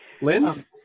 Lynn